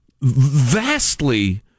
vastly